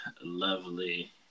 lovely